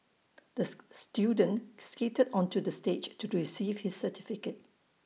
this student skated onto the stage to receive his certificate